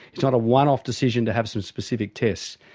it's not a one-off decision to have some specific tests,